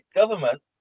government